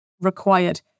required